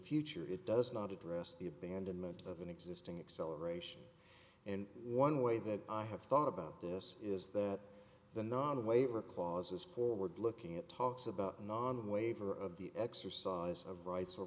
future it does not address the abandonment of an existing acceleration and one way that i have thought about this is that the not a waiver clause is forward looking at talks about non waiver of the exercise of rights